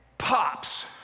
Pops